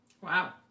Wow